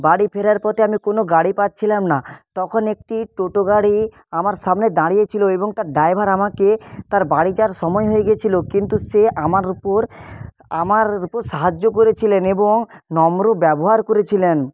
বাড়ি ফেরার পথে আমি কোনও গাড়ি পাচ্ছিলাম না তখন একটি টোটো গাড়ি আমার সামনে দাঁড়িয়ে ছিল এবং তার ড্রাইভার আমাকে তার বাড়ি যাওয়ার সময় হয়ে গেছিল কিন্তু সে আমার ওপর আমার ওপর সাহায্য করেছিলেন এবং নম্র ব্যবহার করেছিলেন